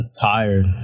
tired